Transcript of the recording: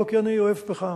לא כי אני אוהב פחם,